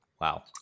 Wow